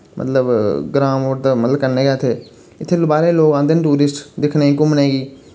मतलब ग्रां मोड़ दा मतलब कन्नै गै इत्थै इत्थै बाह्रे दे लोक औंदे न टूरिस्ट दिक्खने घुम्मने गी